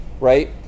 right